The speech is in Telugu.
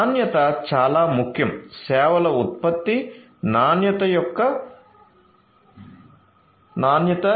నాణ్యత చాలా ముఖ్యం సేవల ఉత్పత్తి నాణ్యత యొక్క నాణ్యత